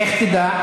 איך תדע?